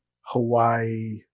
Hawaii